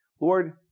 Lord